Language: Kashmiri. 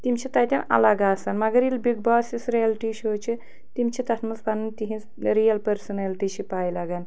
تِم چھِ تَتٮ۪ن اَلگ آسان مگر ییٚلہِ بِگ باس یُس رِیَلٹی شو چھِ تِم چھِ تَتھ منٛز پَنٕنۍ تِہِنٛز رِیَل پٔرسٕنیلٹی چھِ پَے لَگان